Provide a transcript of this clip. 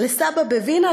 לסבא"א בווינה,